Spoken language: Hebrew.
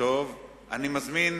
אני מזמין,